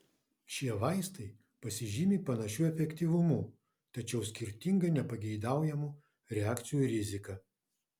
šie vaistai pasižymi panašiu efektyvumu tačiau skirtinga nepageidaujamų reakcijų rizika